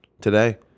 today